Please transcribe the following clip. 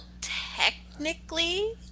technically